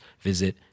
visit